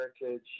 heritage